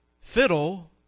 fiddle